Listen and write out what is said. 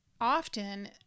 often